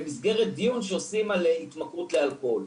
במסגרת דיון שעושים על התמכרות לאלכוהול.